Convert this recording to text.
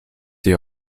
die